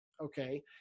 okay